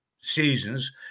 Seasons